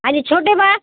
आणि छोटे बाळा